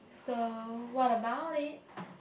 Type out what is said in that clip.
so what about it